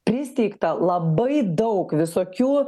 pristeigta labai daug visokių